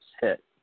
hit